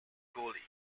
goalie